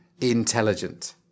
intelligent